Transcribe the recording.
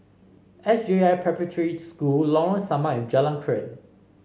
S J I Preparatory School Lorong Samak and Jalan Krian